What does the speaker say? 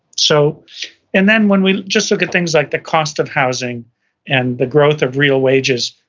so and then when we just look at things like the cost of housing and the growth of real wages,